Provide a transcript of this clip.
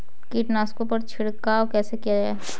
कीटनाशकों पर छिड़काव कैसे किया जाए?